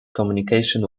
communication